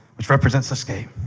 which represents escape,